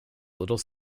little